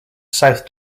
south